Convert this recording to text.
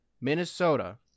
Minnesota